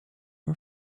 her